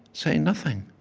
say nothing.